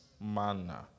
manner